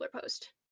post